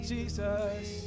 Jesus